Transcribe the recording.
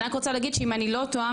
אני רק רוצה להגיד שאם אני לא טועה,